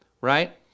right